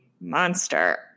monster